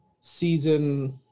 season